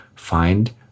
find